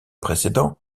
précédent